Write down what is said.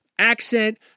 Accent